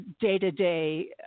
day-to-day